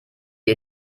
die